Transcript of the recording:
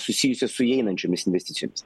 susijusių su įeinančiomis investicijomis